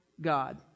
God